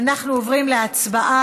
אנחנו עוברים להצבעה.